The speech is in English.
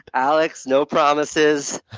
alex, no promises.